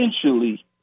essentially